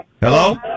Hello